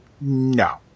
no